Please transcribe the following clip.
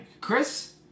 Chris